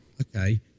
okay